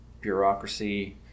bureaucracy